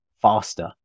faster